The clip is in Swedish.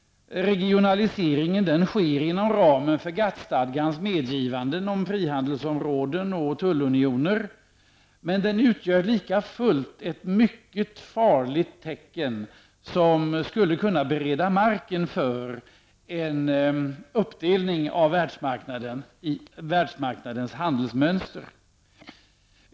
Regionaliseringen sker inom ramen för GATT-stadgans medgivande om frihandelsområden och tullunioner. Men den utgör likafullt ett mycket farligt tecken som skulle kunna bereda marken för en uppdelning av världsmarknaden i världsmarknadens handelsmönster.